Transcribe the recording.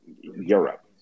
europe